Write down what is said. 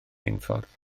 unffordd